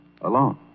Alone